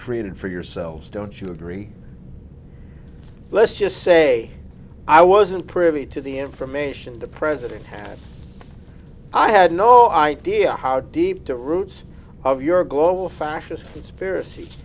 created for yourselves don't you agree let's just say i wasn't privy to the information the president had i had no idea how deep the roots of your global fascist conspiracy